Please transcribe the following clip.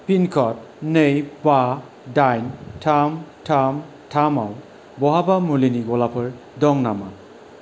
पिनक'ड नै बा दाइन थाम थाम थाम आव बहाबा मुलिनि गलाफोर दं नामा